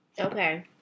Okay